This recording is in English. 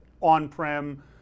on-prem